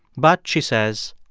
but, she says,